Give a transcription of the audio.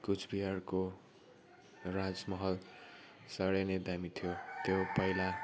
कुचबिहारको राजमहल साह्रै नै दामी थियो त्यो पहिला